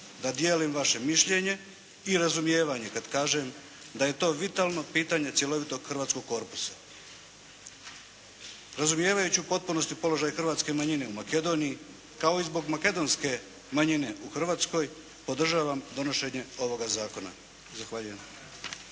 da dijelim vaše mišljenje i razumijevanje kada kažem da je to vitalno pitanje cjelovitog hrvatskog korpusa. Razumijevajući u potpunosti položaj hrvatske manjine u Makedoniji, kao i zbog makedonske manjine u Hrvatskoj podržavam donošenje ovoga Zakona. Zahvaljujem.